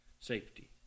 safety